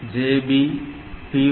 JB P1